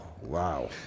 wow